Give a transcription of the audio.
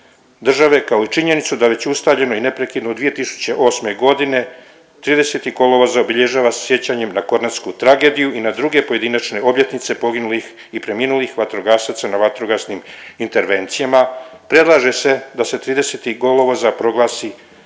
države kao i činjenicu da već ustaljeno i neprekidno od 2008. godine 30. kolovoza obilježava sa sjećanjem na kornatsku tragediju i na druge pojedinačne obljetnice poginulih i preminulih vatrogasaca na vatrogasnim intervencijama, predlaže se da se 30. kolovoza proglasi